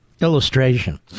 illustration